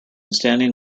standing